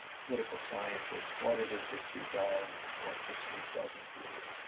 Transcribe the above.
political scientists what it is history does and what history doesn't do.